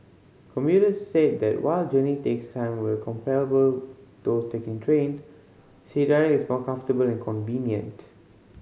commuters said that while journey takes time were comparable those taking trained C Direct is more comfortable and convenient